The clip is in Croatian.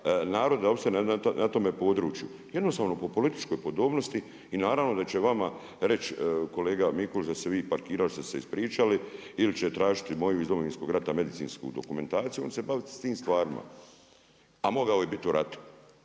naroda uopće na tome području. Jednostavno po političkoj podobnosti i naravno da će vama reći kolega Mikulić da ste se vi parkirali, što ste se ispričali ili će tražiti moju iz Domovinskog rata medicinsku dokumentaciju on se baviti s tim stvarima, a mogao je bit u ratu